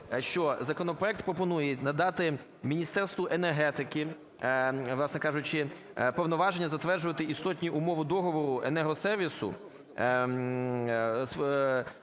що законопроект пропонує надати Міністерству енергетики, власне кажучи, повноваження затверджувати істотні умови договору енергосервісу,